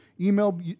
email